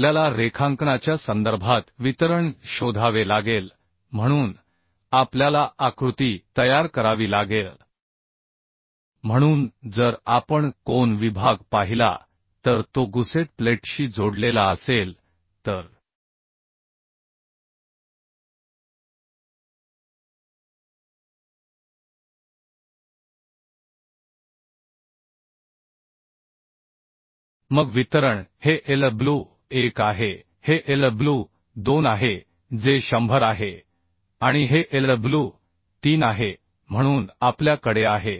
आपल्याला रेखांकनाच्या संदर्भात वितरण शोधावे लागेल म्हणून आपल्याला आकृती तयार करावी लागेल म्हणून जर आपण कोन विभाग पाहिला तर तो गुसेट प्लेटशी जोडलेला असेल तर मग वितरण हे Lw1 आहे हे Lw2 आहे जे 100 आहे आणि हे Lw3 आहे म्हणून आपल्या कडे आहे